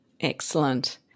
Excellent